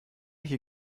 hier